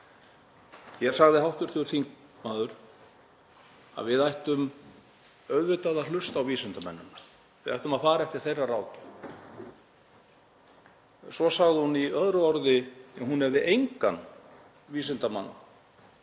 Hér sagði hv. þingmaður að við ættum auðvitað að hlusta á vísindamennina, við ættum að fara eftir þeirra ráðum. Svo sagði hún í öðru orði að hún hefði engan vísindamann